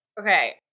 Okay